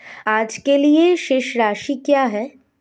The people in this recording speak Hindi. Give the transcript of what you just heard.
आज के लिए शेष राशि क्या है?